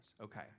Okay